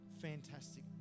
Fantastic